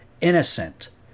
innocent